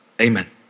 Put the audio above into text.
Amen